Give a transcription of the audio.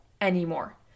anymore